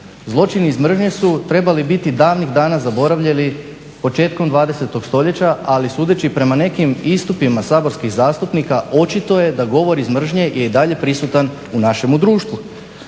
Zločini iz mržnje su trebali biti davnih dana zaboravljeni početkom 20 stoljeća. Ali sudeći prema nekim istupima saborskih zastupnika očito je da govor iz mržnje je i dalje prisutan u našemu društvu.